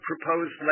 proposed